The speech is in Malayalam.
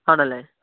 ആണല്ലെ